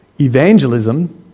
Evangelism